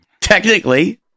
Technically